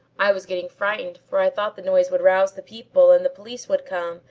i was getting frightened for i thought the noise would rouse the people and the police would come,